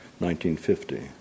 1950